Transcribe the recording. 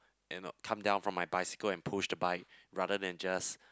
you know come down from my bicycle and push the bike rather than just